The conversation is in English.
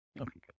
Okay